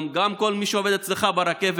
גם כל מי שעובד אצלך ברכבת,